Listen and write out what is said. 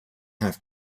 have